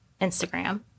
Instagram